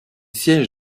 siège